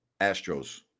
Astros